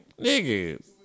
nigga